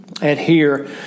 adhere